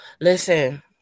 listen